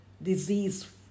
Disease